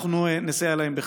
אנחנו נסייע להם בכך.